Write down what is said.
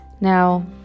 Now